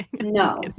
No